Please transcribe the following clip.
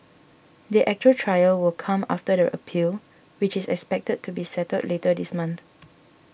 the actual trial will come after the appeal which is expected to be settled later this month